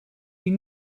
die